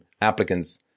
applicants